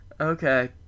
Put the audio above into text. okay